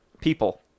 people